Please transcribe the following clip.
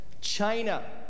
China